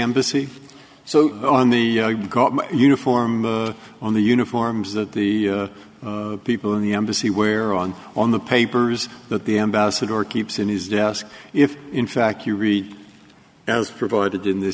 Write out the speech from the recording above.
embassy so on the uniform on the uniforms that the people in the embassy where wrong on the papers that the ambassador keeps in his desk if in fact you read as provided in th